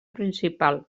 principal